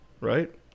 Right